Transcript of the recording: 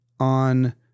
on